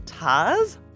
Taz